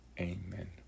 Amen